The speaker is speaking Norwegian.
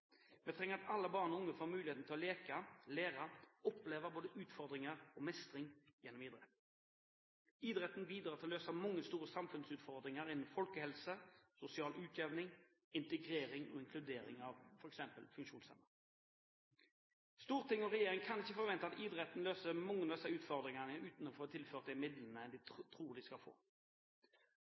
Vi trenger at alle barn og unge får mulighet til å leke, lære og oppleve både utfordringer og mestring gjennom idrett. Idretten bidrar til å løse mange store samfunnsutfordringer innen folkehelse, sosial utjevning, integrering og inkludering av f.eks. funksjonshemmede. Storting og regjering kan ikke forvente at idretten løser mange av disse utfordringene uten å få tilført de midlene de tror de skal få.